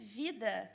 vida